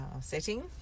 setting